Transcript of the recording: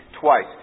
twice